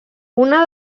una